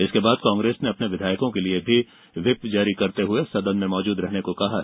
इसके बाद कांग्रेस ने अपने विधायकों के लिये भी व्हिप जारी करते हुए सदन में मौजूद रहने को कहा है